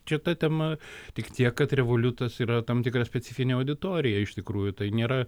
čia ta tema tik tiek kad revoliutas yra tam tikra specifinė auditorija iš tikrųjų tai nėra